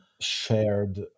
shared